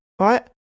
right